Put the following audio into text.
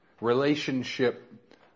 relationship